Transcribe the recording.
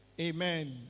Amen